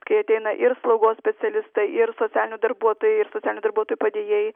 kai ateina ir slaugos specialistai ir socialiniai darbuotojai ir socialinių darbuotojų padėjėjai